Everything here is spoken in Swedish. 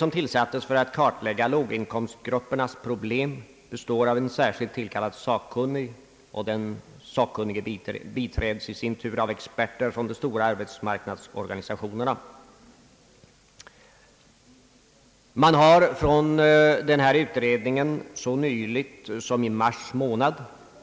Denna utredning, som skall kartlägga låginkomstgruppernas problem, består av en särskilt tillkallad sakkunnig, som i sin tur biträds av experter från de stora arbetsmarknadsorganisationerna. Utredningen har så sent som i mars månad